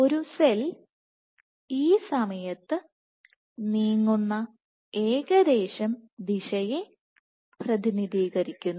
ഇത് സെൽ ഈ സമയത്ത് നീങ്ങുന്ന ഏകദേശം ദിശയെ പ്രതിനിധീകരിക്കുന്നു